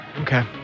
okay